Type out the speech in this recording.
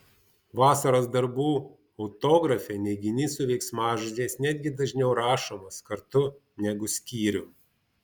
vasaros darbų autografe neiginys su veiksmažodžiais netgi dažniau rašomas kartu negu skyrium